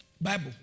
Bible